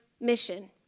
mission